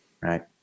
right